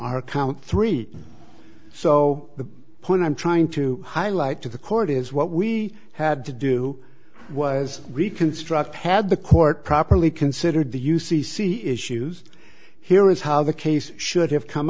count three so the point i'm trying to highlight to the court is what we had to do was reconstruct had the court properly considered the u c c issues here is how the case should have come